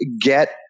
get